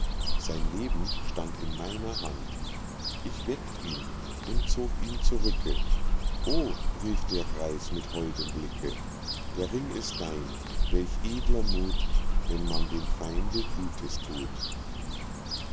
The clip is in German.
sein leben stand in meiner hand ich weckt ihn und zog ihn zurücke o rief der greis mit holdem blicke der ring ist dein welch edler muth wenn man dem feinde gutes thut